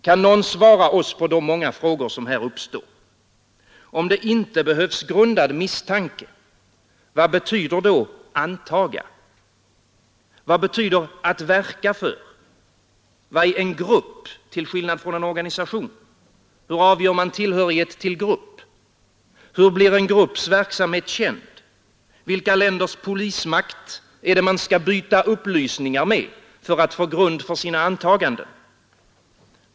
Kan någon svara oss på de många frågor som här uppstår? Om det inte behövs grundad misstanke, vad betyder då ”antaga”? Vad betyder att ”verka för”? Vad är en ”grupp” till skillnad från en organisation? Hur avgör man tillhörighet till grupp? Hur blir en grupps verksamhet känd — vilka länders polismakt är det man skall byta upplysningar med för att få grund för sina antaganden?